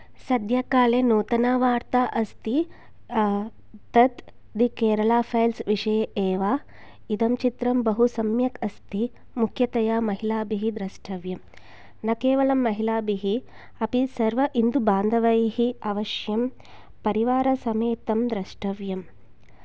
सद्यः काले नूतनवार्ता अस्ति तत् दि केरला फैल्स् विषये एव इदं चित्रं बहु सम्यक् अस्ति मुख्यतया महिलाभिः द्रष्टव्यं न केवलं महिलाभिः अपि सर्व इन्दुबान्धवैः अवश्यं परिवारसमेतं द्रष्टव्यं